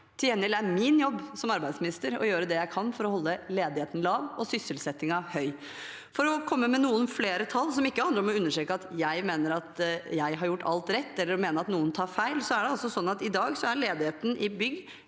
Til gjengjeld er min jobb som arbeidsminister å gjøre det jeg kan for å holde ledigheten lav og sysselsettingen høy. For å komme med noen flere tall – som ikke handler om å understreke at jeg mener at jeg har gjort alt rett, eller at jeg mener noen tar feil – er det altså sånn at i dag er ledigheten innen bygg